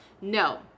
no